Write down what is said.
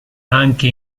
anche